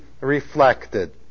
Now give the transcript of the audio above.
reflected